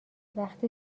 وقتی